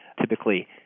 Typically